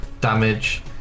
damage